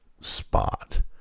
spot